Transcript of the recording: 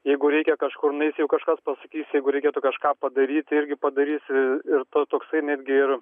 jeigu reikia kažkur nueis jeigu kažkas pasakys jeigu reikėtų kažką padaryti irgi padarysi ir to toksai netgi ir